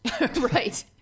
Right